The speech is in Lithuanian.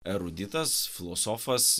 eruditas filosofas